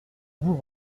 vous